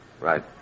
Right